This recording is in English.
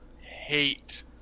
hate